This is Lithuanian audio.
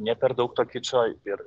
ne per daug to kičo ir